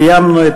סיימנו,